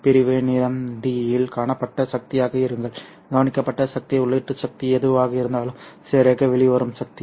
பிரிவு நீளம் d இல் காணப்பட்ட சக்தியாக இருங்கள் கவனிக்கப்பட்ட சக்தி உள்ளீட்டு சக்தி எதுவாக இருந்தாலும் சரியாக வெளிவரும் சக்தி